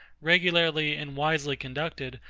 regularly and wisely conducted,